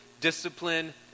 discipline